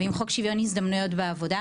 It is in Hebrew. ועם חוק שוויון הזדמנויות בעבודה,